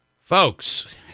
Folks